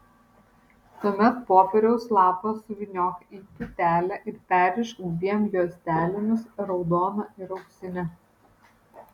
tuomet popieriaus lapą suvyniok į tūtelę ir perrišk dviem juostelėmis raudona ir auksine